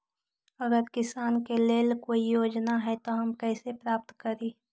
अगर किसान के लेल कोई योजना है त हम कईसे प्राप्त करी?